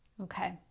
Okay